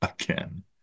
again